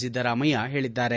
ಸಿದ್ದರಾಮಯ್ಯ ಹೇಳಿದ್ದಾರೆ